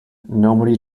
nobody